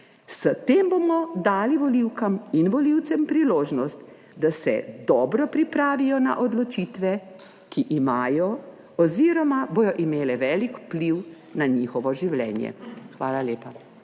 S tem bomo dali volivkam in volivcem priložnost, da se dobro pripravijo na odločitve, ki imajo oziroma bodo imele velik vpliv na njihovo življenje. Hvala lepa.